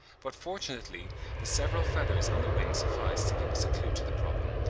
but fortunately the several feathers on the wing suffice to give us a clue to the problem,